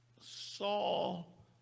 Saul